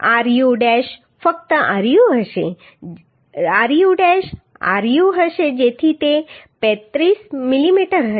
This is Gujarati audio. અને ru ડૅશ ફક્ત ru હશે ru ડૅશ ru હશે જેથી તે 35 મિલીમીટર હશે